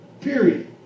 Period